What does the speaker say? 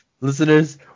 listeners